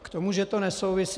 K tomu, že to nesouvisí.